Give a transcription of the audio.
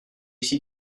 ici